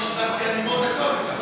בישיבת סיעה נגמור את הכול?